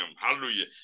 Hallelujah